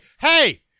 Hey